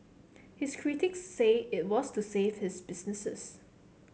his critics say it was to save his businesses